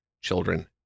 children